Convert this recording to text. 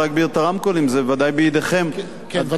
זה בוודאי בידיכם, כן, ודאי, ודאי, ודאי.